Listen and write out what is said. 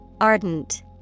Ardent